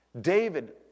David